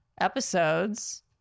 episodes